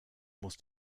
muss